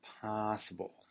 possible